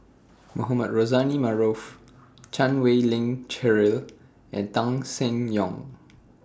Mohamed Rozani Maarof Chan Wei Ling Cheryl and Tan Seng Yong